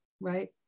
right